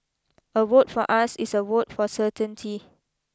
a vote for us is a vote for certainty